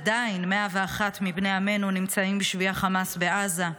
עדיין 101 מבני עמנו נמצאים בשבי החמאס בעזה,